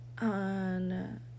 on